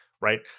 right